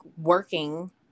working